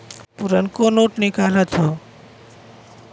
पुरनको नोट निकालत हौ